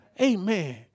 Amen